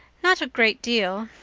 not a great deal.